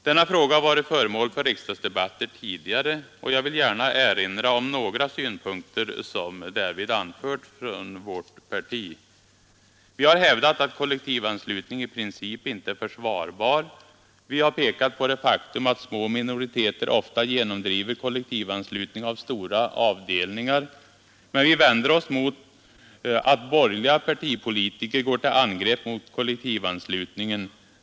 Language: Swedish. Denna fråga har varit föremål för riksdagsdebatt tidigare. Jag vill gärna erinra om några synpunkter som därvid anförts från vårt parti. Vi har hävdat att kollektivanslutning i princip inte är försvarbar. Vi har pekat på det faktum att små minoriteter ofta genomdriver kollektivanslutning av stora avdelningar. Men vi vänder oss mot att borgerliga partipolitiker går till angrepp mot kollektivanslutningen.